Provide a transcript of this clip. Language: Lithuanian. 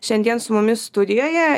šiandien su mumis studijoje